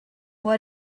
why